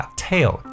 tail